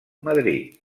madrid